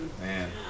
Man